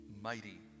mighty